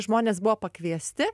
žmonės buvo pakviesti